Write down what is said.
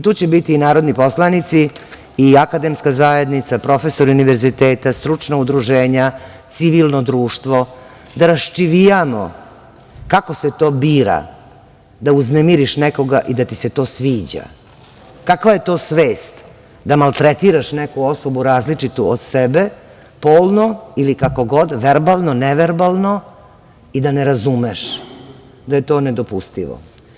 Tu će biti i narodni poslanici i akademska zajednica, profesori univerziteta, stručna udruženja, civilno društvo, da raščivijamo kako se to bira da uznemiriš nekoga i da ti se to sviđa, kakva je to svest, da maltretiraš neku osobu različitu od sebe, polno, ili kako god, verbalno, neverbalno, i da ne razumeš da je to nedopustivo.